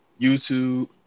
youtube